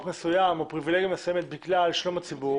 מסוים או פריבילגיה מסוימת בגלל שלום הציבור